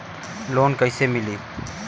Loan कईसे मिली?